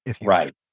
right